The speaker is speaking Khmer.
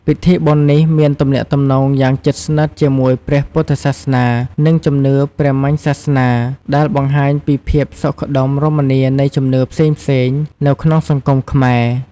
ពិធីបុណ្យនេះមានទំនាក់ទំនងយ៉ាងជិតស្និទ្ធជាមួយព្រះពុទ្ធសាសនា និងជំនឿព្រាហ្មណ៍សាសនា ដែលបង្ហាញពីភាពសុខដុមរមនានៃជំនឿផ្សេងៗនៅក្នុងសង្គមខ្មែរ។